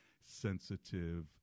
sensitive